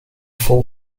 full